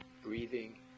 breathing